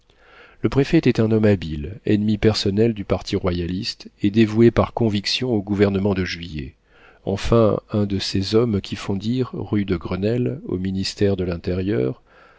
le préfet était un homme habile ennemi personnel du parti royaliste et dévoué par conviction au gouvernement de juillet enfin un de ces hommes qui font dire rue de grenelle au ministère de l'intérieur